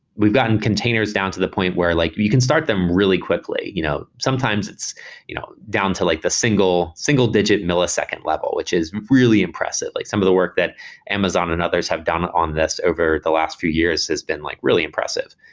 we've gotten containers down to the point where like you can start them really quickly. you know sometimes it's you know down to like the single single digit millisecond level, which is really impressive. like some of the work that amazon and others have done on this over the last few years has been like really impressive.